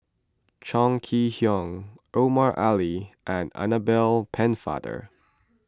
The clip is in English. Chong Kee Hiong Omar Ali and Annabel Pennefather